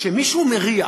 כשמישהו מריח,